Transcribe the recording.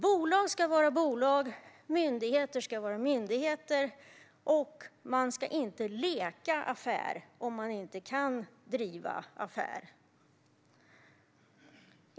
Bolag ska vara bolag, myndigheter ska vara myndigheter och man ska inte leka affär om man inte kan driva affär.